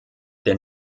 der